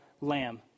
Lamb